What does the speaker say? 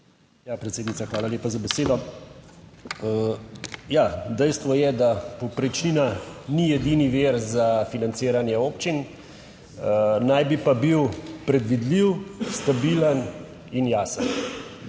Predsednica, hvala lepa za besedo. Ja, dejstvo je, da povprečnina ni edini vir za financiranje občin, naj bi pa bil predvidljiv, stabilen in jasen.